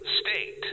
State